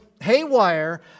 haywire